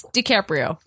DiCaprio